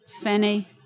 fanny